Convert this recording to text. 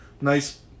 nice